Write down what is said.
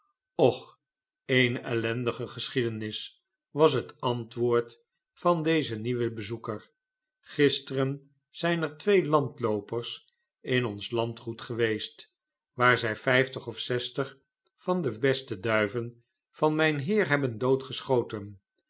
och eene ellendige geschiedenis was het antwoord van den nieuwen bezoeker gisteren zijn er twee landloopersinonslandgoed geweest waar zij vijftig of zestig van de beste duiven van mijn heer hebben doodgeschoten